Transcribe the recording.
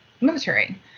military